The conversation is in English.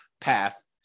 path